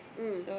mm